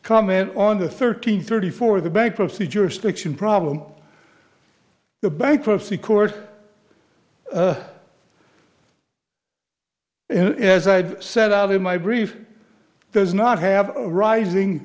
comment on the thirty thirty for the bankruptcy jurisdiction problem the bankruptcy court and as i had set out in my brief does not have a rising